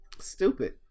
stupid